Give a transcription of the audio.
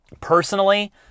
personally